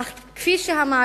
אך כפי שהמערכת